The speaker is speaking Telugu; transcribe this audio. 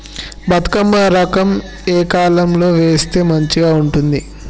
బతుకమ్మ రకం ఏ కాలం లో వేస్తే మంచిగా ఉంటది?